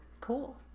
cool